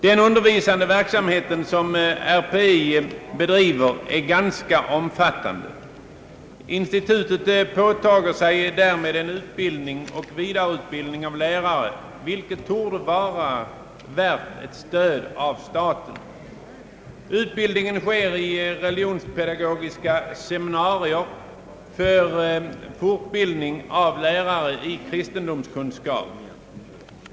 Den undervisande verksamhet som RPI bedriver är ganska omfattande. Institutet påtager sig utbildning och vidareutbildning av lärare, vilket torde vara värt ett stöd av staten. Utbildningen sker i religionspedagogiska seminarier för fortbildning av lärare i kristendomskunskap.